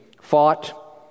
fought